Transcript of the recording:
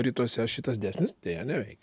rytuose šitas dėsnis deja neveikia